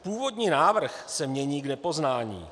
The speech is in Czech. Původní návrh se mění k nepoznání.